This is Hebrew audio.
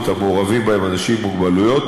שמעורבים בהן אנשים עם מוגבלויות,